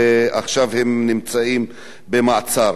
ועכשיו הם נמצאים במעצר.